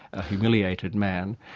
a humiliated man,